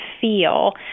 feel